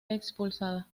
expulsada